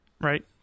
right